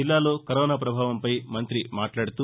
జిల్లాలో కరోనా ప్రభావంపై మంతి మాట్లాదుతూ